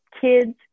kids